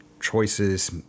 choices